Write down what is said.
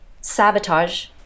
sabotage